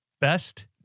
best